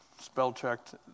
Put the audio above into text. spell-checked